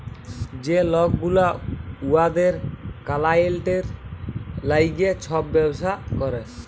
যে লক গুলা উয়াদের কালাইয়েল্টের ল্যাইগে ছব ব্যবসা ক্যরে